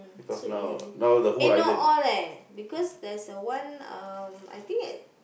so easy eh not all leh because there's a one um I think at